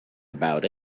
about